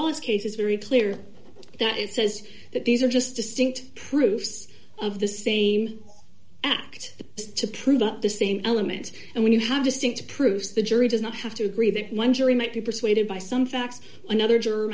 always cases very clear that it says that these are just distinct proofs of the same act to prove that the same element and when you have distinct proofs the jury does not have to agree that one jury might be persuaded by some facts another